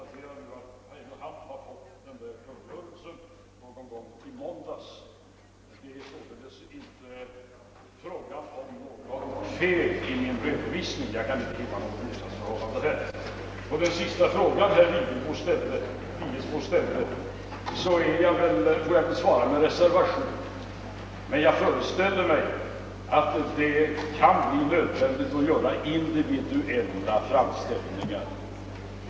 Det är sålunda inte fråga om något fel i min redovisning, och jag kan därför inte hitta något motsatsförhållande därvidlag. På den fråga herr Vigelsbo här senast ställde ber jag att få svara med reservation, men jag föreställer mig att det kan bli nödvändigt att göra individuella framställningar.